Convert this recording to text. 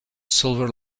silver